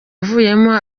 avuyemo